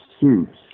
suits